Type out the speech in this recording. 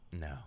no